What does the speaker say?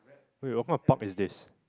wait what kind of pub is this